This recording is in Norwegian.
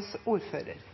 Folkehelsepolitikken er